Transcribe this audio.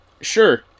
Sure